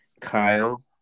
Kyle